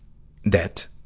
that